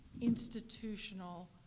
institutional